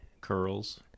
curls